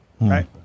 Right